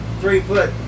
three-foot